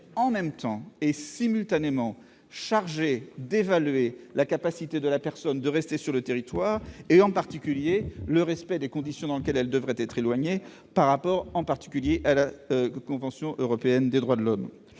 en même temps et simultanément chargés d'apprécier la capacité de la personne à rester sur le territoire, en particulier le respect des conditions dans lesquelles elle devrait être éloignée, notamment au regard de la Convention européenne des droits de l'homme.